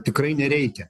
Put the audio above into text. tikrai nereikia